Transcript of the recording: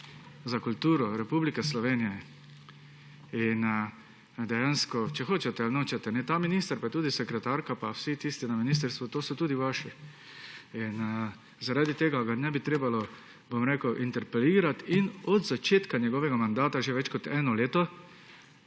za kulturo Republike Slovenije. Če hočete ali nočete, so ta minister pa tudi sekretarka pa vsi tisti na ministrstvu tudi vaši. Zaradi tega ga ne bi bilo treba interpelirati in ga od začetka njegovega mandata, že več kot eno leto,